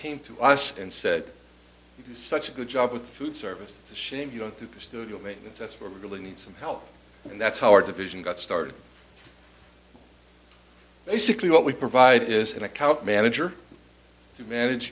came to us and said such a good job with food service to shame you don't do the studio maintenance that's what really needs some help and that's how our division got started basically what we provide is an account manager to manage